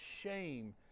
shame